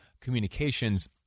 communications